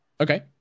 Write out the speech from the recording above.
Okay